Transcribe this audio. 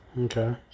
Okay